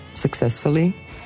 successfully